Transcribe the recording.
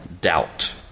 doubt